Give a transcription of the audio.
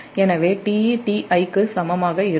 எனவேTeTi க்கு சமம் ஆக இருக்கும்